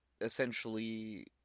essentially